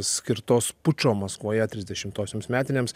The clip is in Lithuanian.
skirtos pučo maskvoje trisdešimtosioms metinėms